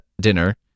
dinner